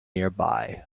nearby